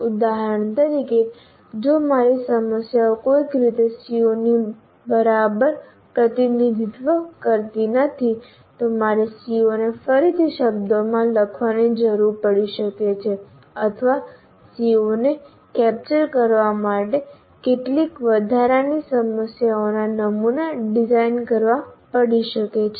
ઉદાહરણ તરીકે જો મારી સમસ્યાઓ કોઈક રીતે CO નું બરાબર પ્રતિનિધિત્વ કરતી નથી તો મારે CO ને ફરીથી શબ્દમાં લખવાની જરૂર પડી શકે છે અથવા CO ને કેપ્ચર કરવા માટે મારે કેટલીક વધારાની સમસ્યાઓના નમૂના ડિઝાઇન કરવા પડી શકે છે